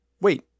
Wait